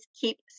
keep